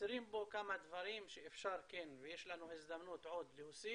חסרים בו כמה דברים שאפשר ויש לנו עוד הזדמנות להוסיף